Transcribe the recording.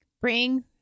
bring